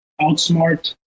outsmart